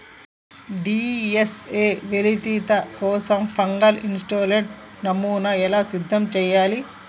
DNA వెలికితీత కోసం fungal isolate నమూనాను ఎలా సిద్ధం చెయ్యాలి?